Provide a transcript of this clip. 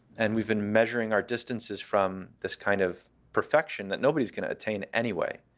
and we've been measuring our distances from this kind of perfection that nobody is going to attain anyway,